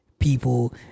people